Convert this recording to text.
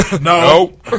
No